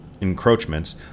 encroachments